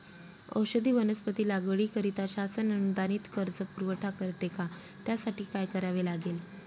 औषधी वनस्पती लागवडीकरिता शासन अनुदानित कर्ज पुरवठा करते का? त्यासाठी काय करावे लागेल?